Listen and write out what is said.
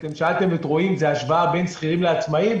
אתם שאלתם את רועי אם זו השוואה בין שכירים לעצמאים.